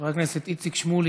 חבר הכנסת איציק שמולי,